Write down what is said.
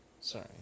sorry